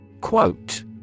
Quote